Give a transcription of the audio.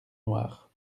noires